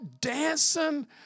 dancing